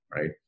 right